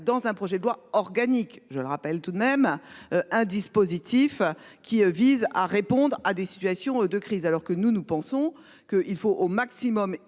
dans un projet de loi organique, je le rappelle tout de même. Un dispositif qui vise à répondre à des situations de crise alors que nous, nous pensons que il faut au maximum